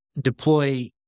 deploy